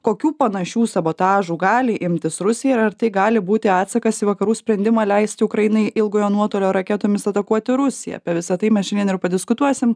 kokių panašių sabotažų gali imtis rusija ir ar tai gali būti atsakas į vakarų sprendimą leisti ukrainai ilgojo nuotolio raketomis atakuoti rusiją apie visa tai mes šiandien ir padiskutuosim